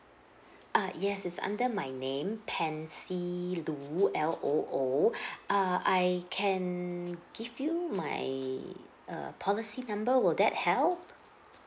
uh yes is under my name pansy loo L O O err I can give you my uh policy number will that help